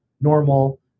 normal